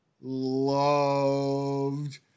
loved